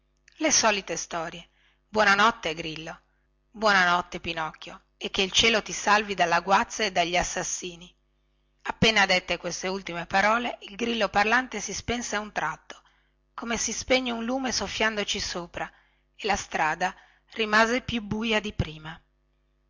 le solite storie buona notte grillo buona notte pinocchio e che il cielo ti salvi dalla guazza e dagli assassini appena dette queste ultime parole il grillo parlante si spense a un tratto come si spenge un lume soffiandoci sopra e la strada rimase più buia di prima